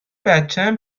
بچم